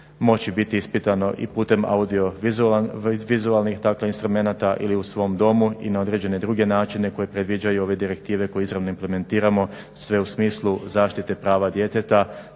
moći biti ispitano i putem audio vizualnih dakle instrumenata ili u svom domu i na određene druge načine koji predviđaju ove direktive koje izravno implementiramo sve u smislu zaštite prava djeteta,